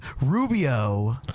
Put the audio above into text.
Rubio